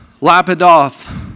Lapidoth